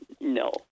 no